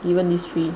even these three